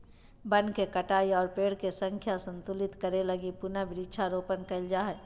वन के कटाई और पेड़ के संख्या संतुलित करे लगी पुनः वृक्षारोपण करल जा हय